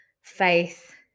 faith